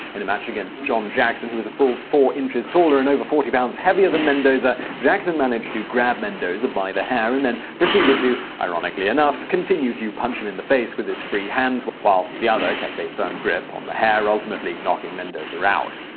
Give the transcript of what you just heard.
and a match against john jackson who was a full four inches taller and over forty pounds heavier than mendoza, jackson managed to grab mendoza by the hair and then proceeded to, ironically enough, continually punch him in the face with his free hand while the other kept a firm grip on the hair, ultimately knocking mendoza out.